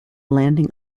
landing